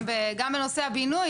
גם בנושא הבינוי,